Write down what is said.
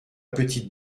petite